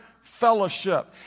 fellowship